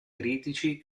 critici